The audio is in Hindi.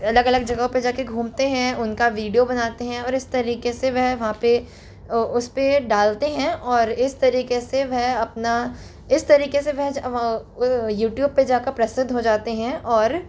अलग अलग जगहों पे जा के घूमते हैं उनका वीडियो बनाते हैं और इस तरीके से वह वहाँ पे उसपे डालते हैं और इस तरीके से वह अपना इस तरीके से वेह यूट्यूब पे जाकर प्रसिद्ध हो जाते हैं और